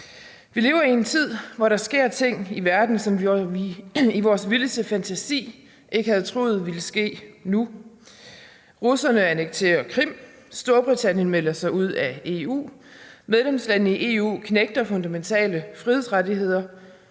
Vi lever i en tid, hvor der sker ting i verden, som vi ikke i vores vildeste fantasi havde troet ville ske nu: Russerne annekterer Krim, Storbritannien melder sig ud af EU, medlemslandene i EU knægter fundamentale frihedsrettigheder,